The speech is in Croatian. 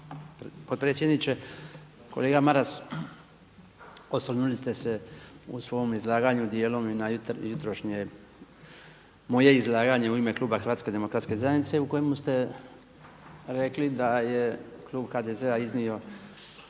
potpredsjedniče. Kolega Maras, osvrnuli ste se u svom izlaganju dijelom i na jutrošnje moje izlaganje u ime kluba Hrvatske demokratske zajednice u kojemu ste rekli da je klub HDZ-a iznio